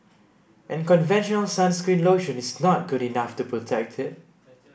and conventional sunscreen lotion is not good enough to protect it